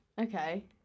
Okay